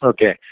Okay